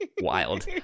wild